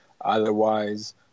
Otherwise